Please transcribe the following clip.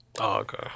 Okay